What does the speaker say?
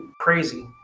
crazy